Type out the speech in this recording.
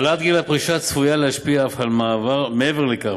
העלאת גיל הפרישה צפויה להשפיע אף מעבר לכך